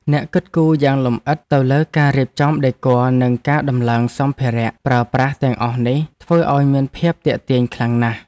ការគិតគូរយ៉ាងលម្អិតទៅលើការរៀបចំដេគ័រនិងការដំឡើងសម្ភារៈប្រើប្រាស់ទាំងអស់នេះធ្វើឱ្យមានភាពទាក់ទាញខ្លាំងណាស់។